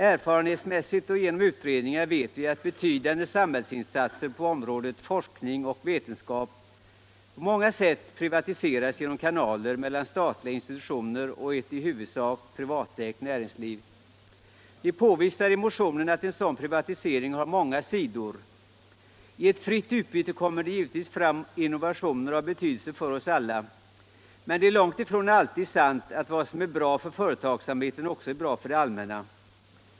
Erfarenhetsmässigt och genom utredningar vet vi att betydande samhällsinsatser inom området forskning och vetenskap på många sätt privatiserats genom kanaler mellan statliga institutioner och ett i huvudsak privatägt näringsliv. Vi påvisar i motionen att en sådan privatisering har många sidor. I ett fritt utbyte kommer det givetvis fram innovationer av betydelse för oss alla, men det är långt ifrån alltid sant att vad som är bra för företagsamheten också är bra för det allmänna.